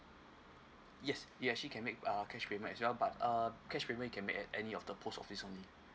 yes you actually can make uh cash payment as well but uh cash payment you can make at any of the post office only